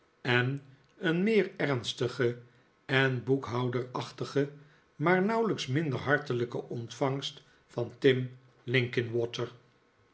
en een meer ernstige en boekhouderachtige maar nauwelijks minder hartelijke ontvangst van tim